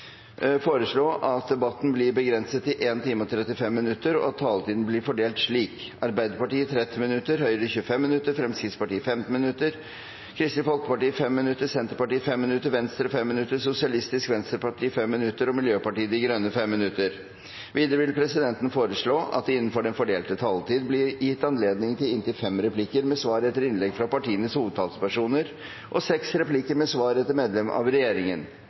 foreslå at debatten blir begrenset til 1 time og 35 minutter, og at taletiden blir fordelt slik: Arbeiderpartiet 30 minutter, Høyre 25 minutter, Fremskrittspartiet 15 minutter, Kristelig Folkeparti 5 minutter, Senterpartiet 5 minutter, Venstre 5 minutter, Sosialistisk Venstreparti 5 minutter og Miljøpartiet De Grønne 5 minutter. Videre vil presidenten foreslå at det blir gitt anledning til inntil fem replikker med svar etter innlegg fra partienes hovedtalspersoner og seks replikker med svar etter medlem av regjeringen